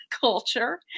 culture